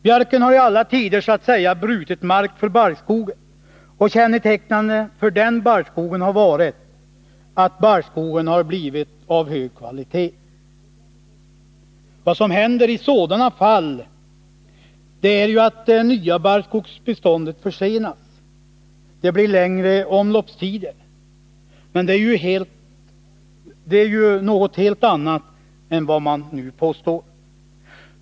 Björken har i alla tider så att säga brutit mark för barrskogen, och kännetecknande för den barrskogen har varit att den har blivit av hög kvalitet. Vad som händer i sådana fall är att det nya barrskogsbeståndet försenas — det blir längre omloppstider — men det är ju något helt annat än vad man påstår.